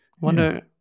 Wonder